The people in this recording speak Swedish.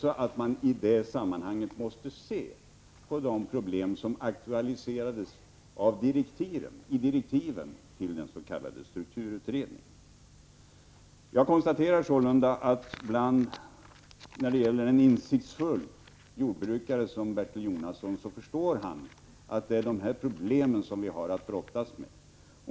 Man måste emellertid i detta sammanhang även se på de problem som aktualiserades i direktiven till den s.k. strukturutredningen. En insiktsfull jordbrukare som Bertil Jonasson förstår att det är dessa problem vi har att brottas med.